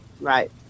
Right